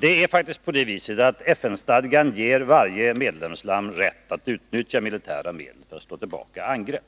Det är faktiskt så att FN-stadgan ger varje medlemsland rätt att utnyttja militära medel för att slå tillbaka angrepp.